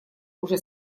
уже